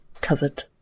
covered